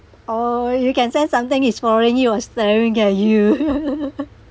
or you can sense something is following you and staring at you